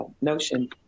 notion